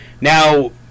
now